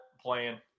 playing